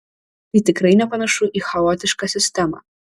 tai tikrai nepanašu į chaotišką sistemą